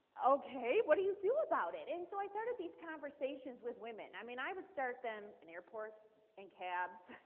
okay, what do you do about it? and so i started these conversations with women. i mean i would start them in airports, in cabs,